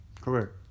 Correct